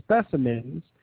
specimens